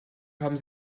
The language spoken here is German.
haben